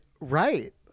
right